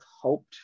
hoped